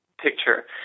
picture